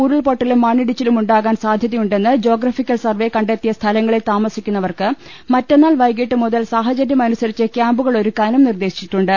ഉരുൾപ്പൊട്ടലും മണ്ണിടിച്ചിലുമുണ്ടാകാൻ സാധ്യതയു ണ്ടെന്ന് ജോഗ്രഫിക്കൽ സർവേ കണ്ടെത്തിയ സ്ഥലങ്ങളിൽ താമ സിക്കുന്നവർക്ക് മറ്റന്നാൾ വൈകീട്ട് മുതൽ സാഹചര്യം അനുസ രിച്ച് ക്യാമ്പുകൾ ഒരുക്കാനും നിർദേശിച്ചിട്ടുണ്ട്